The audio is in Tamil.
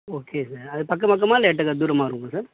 ஓகே சார் அது பக்கம் பக்கமா இல்லை எட்டக்க தூரமாக வருமா சார்